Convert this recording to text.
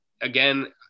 again